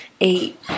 eight